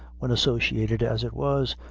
when associated, as it was,